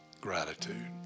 gratitude